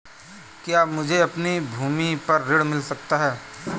क्या मुझे अपनी भूमि पर ऋण मिल सकता है?